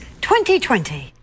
2020